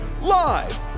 live